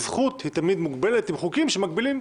הזכות היא תמיד מוגבלת עם חוקים שמגבילים.